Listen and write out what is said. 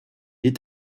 est